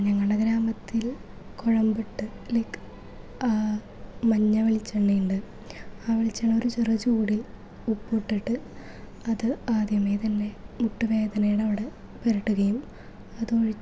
ഞങ്ങളുടെ ഗ്രാമത്തിൽ കുഴമ്പിട്ട് ലൈക്ക് മഞ്ഞ വെളിച്ചെണ്ണെയുണ്ട് ആ വെളിച്ചെണ്ണ ഒര് ചെറിയ ചൂടിൽ ഉപ്പുവിട്ടട്ട് അത് ആദ്യമെ തന്നെ മുട്ടുവേദനയുടെ അവിടെ പുരട്ടുകയും അതൊഴി